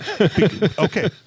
okay